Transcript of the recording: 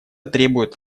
требует